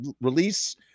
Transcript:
release